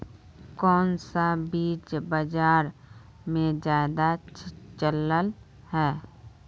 कोन सा बीज बाजार में ज्यादा चलल है?